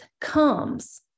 comes